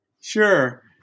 Sure